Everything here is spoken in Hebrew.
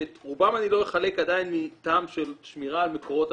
שאת רובם אני לא אחלק עדיין מהטעם של שמירה על מקורות.